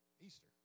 Easter